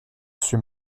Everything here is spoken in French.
suis